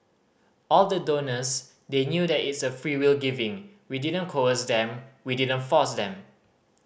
all the donors they knew that it's a freewill giving we didn't coerce them we didn't force them